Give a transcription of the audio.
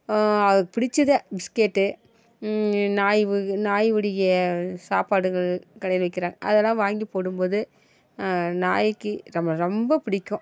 அதுக்கு பிடித்தது பிஸ்கெட்டு நாய்வு நாய்வுடைய சாப்பாடுகள் கடையில் விற்கறாங்க அதெலாம் வாங்கி போடும்போது நாய்க்கு நம்மளை ரொம்ப பிடிக்கும்